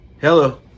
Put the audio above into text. hello